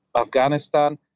Afghanistan